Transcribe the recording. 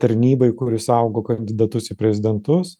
tarnybai kuri saugo kandidatus į prezidentus